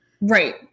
Right